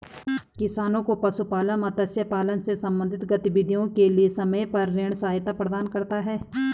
किसानों को पशुपालन, मत्स्य पालन से संबंधित गतिविधियों के लिए समय पर ऋण सहायता प्रदान करता है